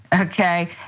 okay